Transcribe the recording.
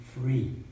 free